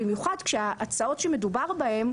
במיוחד כשההצעות שמדובר בהן,